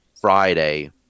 Friday